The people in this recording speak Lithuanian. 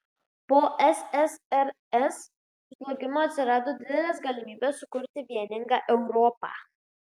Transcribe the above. po ssrs žlugimo atsirado didelės galimybės sukurti vieningą europą